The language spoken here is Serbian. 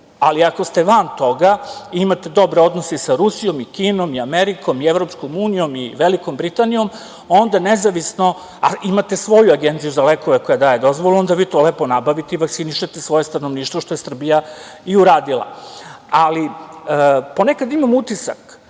ali ako ste van toga i imate dobre odnose i sa Rusijom i Kinom i Amerikom i EU i Velikom Britanijom onda nezavisno, a imate svoju agenciju za lekove koja daje dozvolu, onda vi to lepo nabavite i vakcinišete svoje stanovništvo, što je Srbija i uradila. Ponekad imam utisak